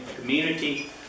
community